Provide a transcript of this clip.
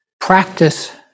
practice